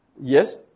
Yes